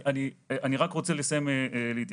אני רק רוצה לסיים להתייחס.